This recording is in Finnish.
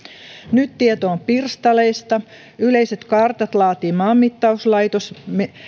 nyt tieto on pirstaleista yleiset kartat laatii maanmittauslaitos